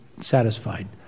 satisfied